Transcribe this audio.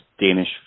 Danish